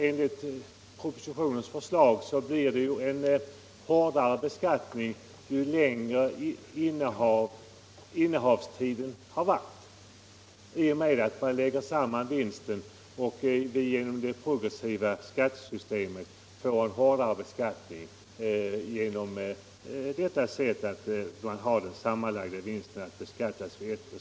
Enligt propositionen blir det nämligen en hårdare beskattning ju längre innehavstiden varit, i och med att man lägger samman vinsterna — och dessa beskattas vid ett och samma tillfälle — och på grund av det progressiva skattesystemet därigenom får en hårdare beskattning.